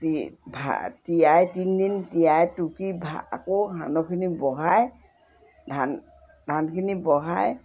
তিয়াই তিনিদিন তিয়াই টুকি আকৌ সান্দহখিনি বহাই ধান ধানখিনি বহাই